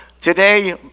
today